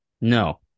No